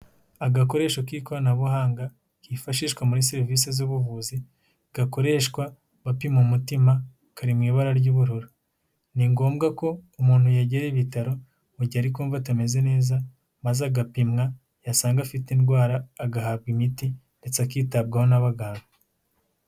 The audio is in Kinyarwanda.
Agakoresho k'ikoranabuhanga, kifashishwa muri serivisi z'ubuvuzi, gakoreshwa bapima umutima, kari mu ibara ry'ubururu, ni ngombwa ko umuntu yegera ibitaro, mu gihe ari kumva atameze neza maze agapimwa, yasanga afite indwara, agahabwa imiti ndetse akitabwaho n'abaganga.